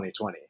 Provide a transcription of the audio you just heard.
2020